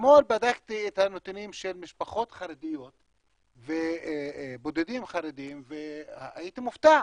אתמול בדקתי את הנתונים של משפחות חרדיות ובודדים חרדים והייתי מופתע,